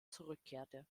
zurückkehrte